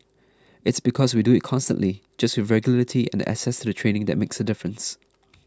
its because we do it constantly just with regularity and the access to the training that makes a difference